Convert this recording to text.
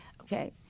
okay